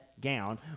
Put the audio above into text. gown